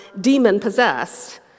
demon-possessed